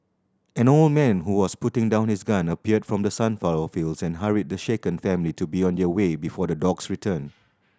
an old man who was putting down his gun appeared from the sunflower fields and hurried the shaken family to be on their way before the dogs return